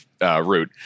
route